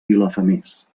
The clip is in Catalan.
vilafamés